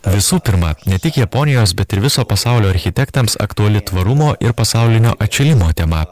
visų pirma ne tik japonijos bet ir viso pasaulio architektams aktuali tvarumo ir pasaulinio atšilimo tema